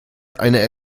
einer